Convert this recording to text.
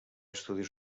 estudis